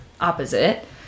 opposite